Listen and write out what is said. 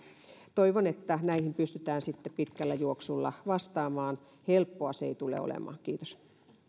toivon että näihin pystytään pitkällä juoksulla vastaamaan helppoa se ei tule olemaan kiitos